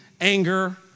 anger